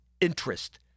interest